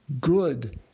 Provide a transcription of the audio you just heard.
good